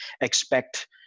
expect